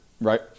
right